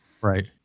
Right